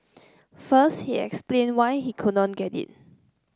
first he explained why he could not get it